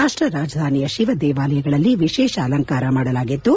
ರಾಪ್ಟ ರಾಜಧಾನಿಯ ಶಿವ ದೇವಾಲಯಗಳಲ್ಲಿ ವಿಶೇಷ ಅಲಂಕಾರ ಮಾಡಲಾಗಿದ್ದು